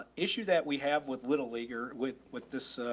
issue that we have with little leaguer with, with this, ah,